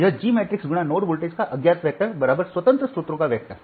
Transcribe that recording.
यह G matrix × node voltage का अज्ञात वेक्टर है स्वतंत्र स्रोतों का वेक्टर